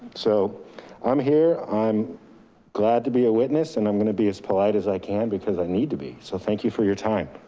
so i'm here. i'm glad to be a witness, and i'm gonna be as polite as i can, because i need to be, so thank you for your time.